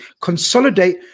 consolidate